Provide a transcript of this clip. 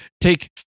take